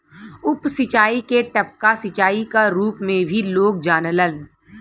उप सिंचाई के टपका सिंचाई क रूप में भी लोग जानलन